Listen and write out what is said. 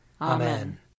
Amen